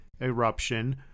eruption